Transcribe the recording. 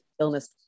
illness